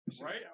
Right